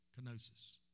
kenosis